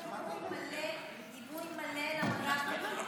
נתנו גיבוי מלא, גיבוי מלא למג"בניקים.